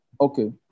Okay